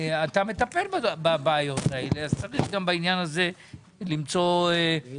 אתה מטפל בבעיות האלה אז צריך גם בעניין הזה למצוא את